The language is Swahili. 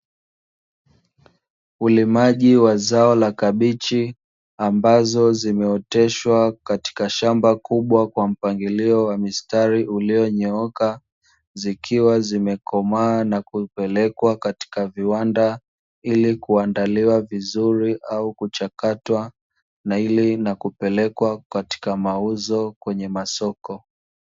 Ulimaji wa zao la kabichi ambazo zimeoteshwa katika shamba kubwa kwa mpangilio wa mistari iliyonyooka, zikiwa zimekomaa na kupelekwa katika viwanda ili kuandaliwa vizuri au kuchakatwa na ili na kupelekwa katika mauzo kwenye masoko.